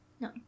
No